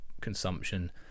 consumption